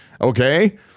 Okay